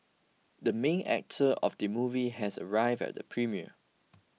the main actor of the movie has arrived at the premiere